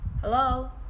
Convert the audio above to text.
Hello